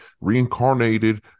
reincarnated